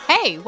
Hey